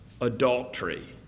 adultery